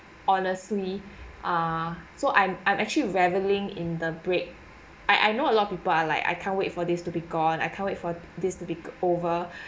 honestly ah so I'm I'm actually raveling in the break I I know a lot of people are like I can't wait for this to be gone I can't wait for this to be over